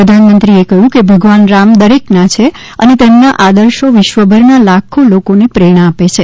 પ્રધાનેમંત્રીએ કહ્યું કે ભગવાન રામ દરેકના છે અને તેમના આદર્શો વિશ્વભરના લાખો લોકોને પ્રેરણા આપે છે